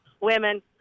Women